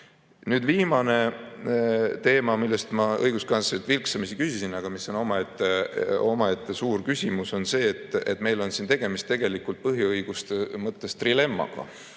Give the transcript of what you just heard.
ole. Viimane teema, mille kohta ma õiguskantslerilt vilksamisi küsisin, aga mis on omaette suur küsimus, on see, et meil on siin tegemist põhiõiguste mõttes trilemmaga.